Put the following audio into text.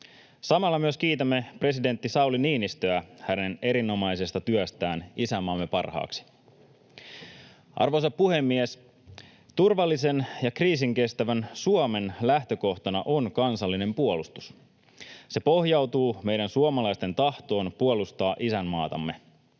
Samalla myös kiitämme presidentti Sauli Niinistöä hänen erinomaisesta työstään isänmaamme parhaaksi. Arvoisa puhemies! Turvallisen ja kriisinkestävän Suomen lähtökohtana on kansallinen puolustus. Se pohjautuu meidän suomalaisten tahtoon puolustaa isänmaatamme.